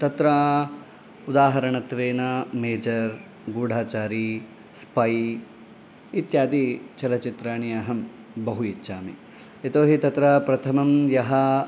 तत्र उदाहरणत्वेन Major Goodachari Spy इत्यादि चलचित्राणि अहं बहु इच्छामि यतो हि तत्र प्रथमं यः